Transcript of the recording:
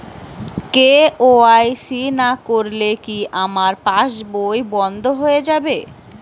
KYC না করলে কি আমার পাশ বই বন্ধ হয়ে যাবে?